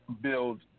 build